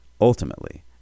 ultimately